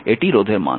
এটিই রোধের মান